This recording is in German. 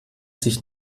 sich